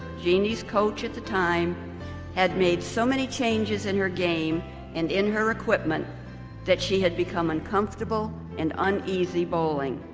jeanne's coach at the time had made so many changes in her game and in her equipment that she had become uncomfortable and uneasy bowling.